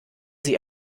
sie